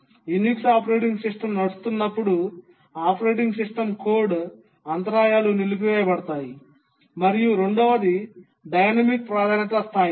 Unix operating system నడుస్తున్నప్పుడు operating system code అంతరాయాలు నిలిపివేయబడతాయి మరియు రెండవది డైనమిక్ ప్రాధాన్యతా స్థాయిలు